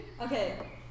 Okay